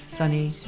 sunny